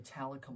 Metallica